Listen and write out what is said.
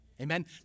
Amen